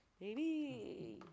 Baby